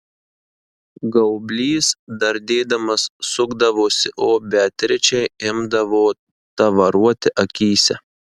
gaublys dardėdamas sukdavosi o beatričei imdavo tavaruoti akyse